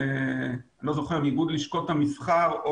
לא זוכר מאיגוד לשכות המסחר,